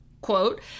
quote